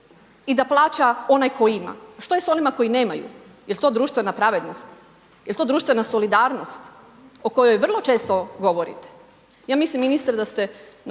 i da plaća onaj tko ima. A što je sa onima koji nemaju, je li to društvena pravednost? Je li to društvena solidarnost o kojoj vrlo često govorite? Ja mislim ministre da ste